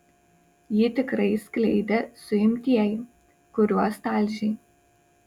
jį tikrai skleidė suimtieji kuriuos talžei